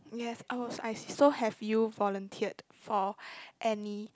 yes oh so I see so have you volunteered for any